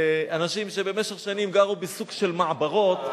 אנשים שבמשך שנים גרו בסוג של מעברות,